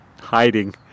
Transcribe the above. hiding